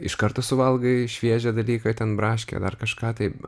iš karto suvalgai šviežią dalyką ten braškę dar kažką tai